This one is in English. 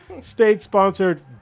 state-sponsored